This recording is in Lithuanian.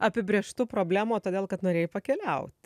apibrėžtų problemų o todėl kad norėjai pakeliaut